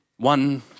One